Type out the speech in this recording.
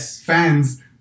fans